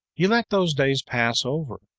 he let those days pass over,